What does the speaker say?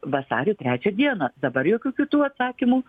vasario trečią dieną dabar jokių kitų atsakymų